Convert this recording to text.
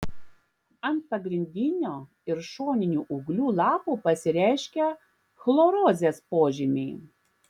ant pagrindinio ir šoninių ūglių lapų pasireiškia chlorozės požymiai